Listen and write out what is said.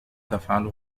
تفعله